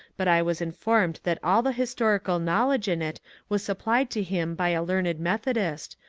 but i was informed that all the historical knowledge in it was supplied to him by a learned methodist,